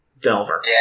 Delver